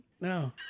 No